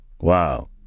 Wow